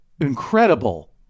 incredible